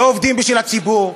לא עובדים בשביל הציבור,